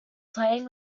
playing